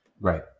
Right